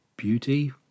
Beauty